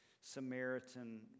Samaritan